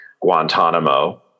Guantanamo